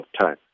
time